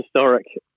historic